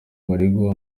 baregwa